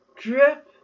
Drip